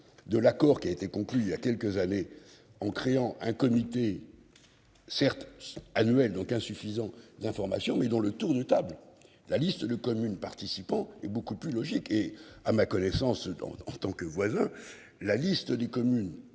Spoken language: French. de l'accord qui a été conclu il y a quelques années en créant un comité. Certes annuel donc insuffisant d'informations information mais dont le tour de table. La liste le communes participant est beaucoup plus logique et à ma connaissance en tant que voisin. La liste des communes